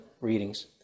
readings